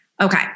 Okay